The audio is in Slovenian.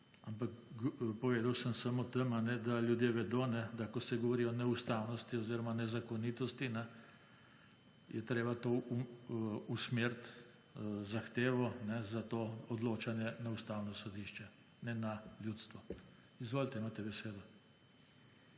Ampak povedal sem samo o tem, da ljudje vedo, da ko se govori o neustavnosti oziroma nezakonitosti, je treba to usmeriti zahtevo za to odločanje na Ustavno sodišče, ne na ljudstvo. Izvolite, imate besedo.